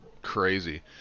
Crazy